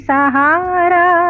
Sahara